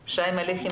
אתנו שי מליחי.